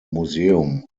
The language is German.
museum